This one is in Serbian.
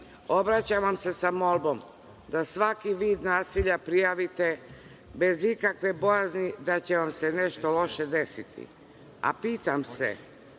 obraćam vam se sa molbom da svaki vid nasilja prijavite bez ikakve bojazni da će vam se nešto loše desiti.